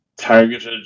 targeted